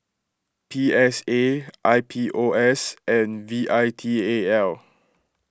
P S A I P O S and V I T A L